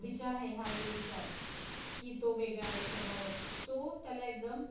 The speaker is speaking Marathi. विचार आहे हा जो विचार की तो वेगळा आहे सगळ्याबाबतीत तो त्याला एकदम